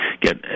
get